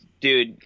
dude